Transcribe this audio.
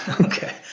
okay